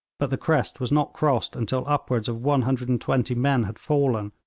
but the crest was not crossed until upwards of one hundred and twenty men had fallen,